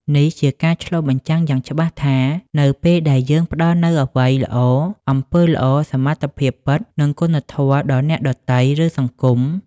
នេះជាការឆ្លុះបញ្ចាំងយ៉ាងច្បាស់ថា នៅពេលដែលយើងផ្ដល់នូវអ្វីល្អ អំពើល្អ សមត្ថភាពពិត និងគុណធម៌ដល់អ្នកដទៃ ឬសង្គម។